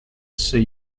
see